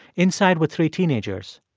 inside were three teenagers.